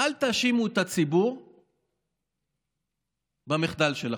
אל תאשימו את הציבור במחדל שלכם.